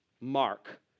mark